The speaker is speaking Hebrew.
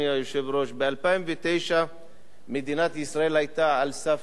ב-2009 מדינת ישראל היתה על סף פשיטת רגל